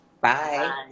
Bye